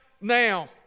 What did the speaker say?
now